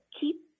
keep